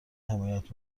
حمایت